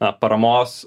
na paramos